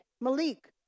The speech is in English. Malik